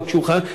גם כשהוא חייב,